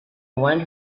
one